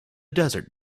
desert